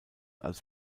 als